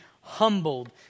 humbled